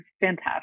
fantastic